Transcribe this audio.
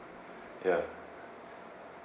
ya